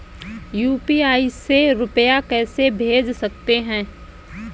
UPI से रुपया कैसे भेज सकते हैं?